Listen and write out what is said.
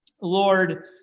Lord